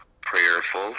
prayerful